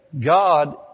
God